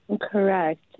Correct